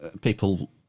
people